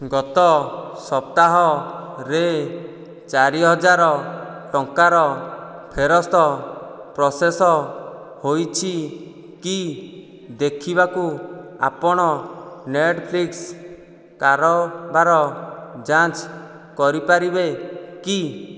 ଗତ ସପ୍ତାହରେ ଚାରିହଜାର ଟଙ୍କାର ଫେରସ୍ତ ପ୍ରସେସ୍ ହୋଇଛି କି ଦେଖିବାକୁ ଆପଣ ନେଟ୍ଫ୍ଳିକ୍ସ୍ କାରବାର ଯାଞ୍ଚ କରିପାରିବେ କି